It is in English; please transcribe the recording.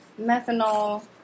methanol